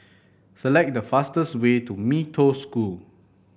select the fastest way to Mee Toh School